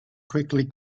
quickly